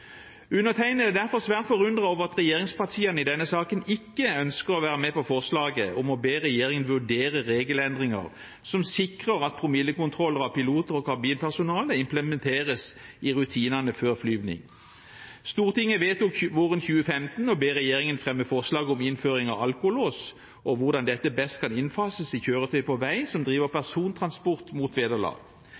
Undertegnede er derfor svært forundret over at regjeringspartiene i denne saken ikke ønsker å være med på forslaget om å be regjeringen vurdere regelendringer som sikrer at promillekontroller av piloter og kabinpersonale implementeres i rutinene før flygning. Stortinget vedtok våren 2015 å be regjeringen fremme forslag om innføring av alkolås og hvordan dette best kan innfases i kjøretøy på vei som driver persontransport mot vederlag.